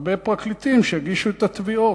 הרבה פרקליטים שיגישו את התביעות,